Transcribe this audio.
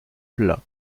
plat